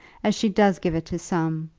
as she does give it to some,